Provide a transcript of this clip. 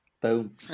Boom